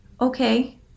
okay